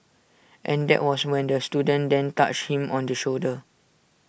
and that was when the student then touched him on the shoulder